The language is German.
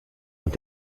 und